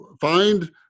find